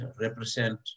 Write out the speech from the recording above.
represent